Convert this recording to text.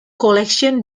collection